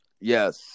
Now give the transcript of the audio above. Yes